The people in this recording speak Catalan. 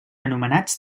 anomenats